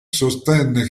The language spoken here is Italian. sostenne